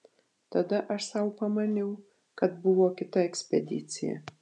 tada aš sau pamaniau kad buvo kita ekspedicija